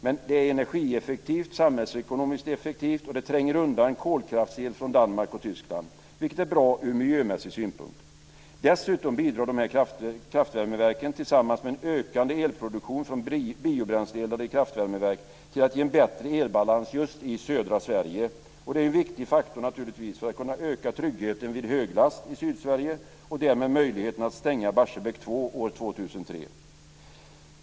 Men det är energieffektivt, samhällsekonomiskt effektivt och det tränger undan kolkraftsel från Danmark och Tyskland, vilket är bra ur miljömässig synpunkt. Dessutom bidrar de här kraftvärmeverken tillsammans med en ökande elproduktion från biobränsleeldade kraftvärmeverk till att ge en bättre elbalans just i södra Sverige. Det är naturligtvis en viktig faktor för att kunna öka tryggheten vid höglast i Sydsverige och därmed möjligheten att stänga Barsebäck 2 år 2003.